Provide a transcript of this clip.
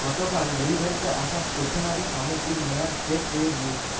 গতকাল ডেলিভারিতে আসা স্টেশনারি সামগ্রীর মেয়াদ শেষ হয়ে গিয়েছে